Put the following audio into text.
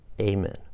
Amen